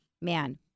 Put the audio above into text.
man